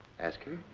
ask her?